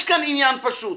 יש כאן עניין פשוט.